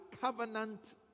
covenant